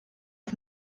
auf